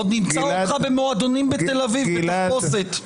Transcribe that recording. עוד נמצא אותך במועדונים בתל-אביב בתחפושת.